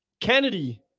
Kennedy